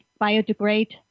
biodegrade